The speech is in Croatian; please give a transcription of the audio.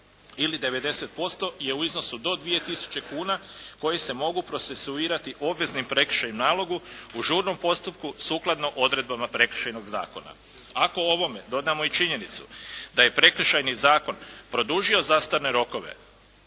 ili 90% je u iznosu do 2 tisuće kuna koji se mogu procesuirati obveznim prekršajnim nalogom u žurnom postupku sukladno odredbama Prekršajnog zakona. Ako ovome dodamo i činjenicu da je Prekršajni zakon produžio zastarne rokove,